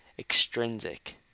extrinsic